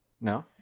No